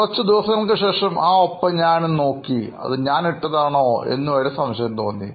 കുറച്ചു ദിവസങ്ങൾക്കുശേഷം ആ ഒപ്പ് ഞാനൊന്നു നോക്കി അത് ഞാൻ ഇട്ടതാണോ എന്ന് വരെ സംശയം തോന്നി